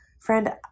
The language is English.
friend